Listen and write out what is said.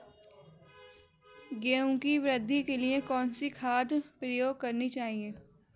गेहूँ की वृद्धि के लिए कौनसी खाद प्रयोग करनी चाहिए?